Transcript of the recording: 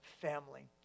family